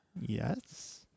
Yes